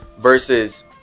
versus